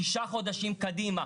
ששה חודשים קדימה,